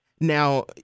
Now